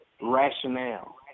rationale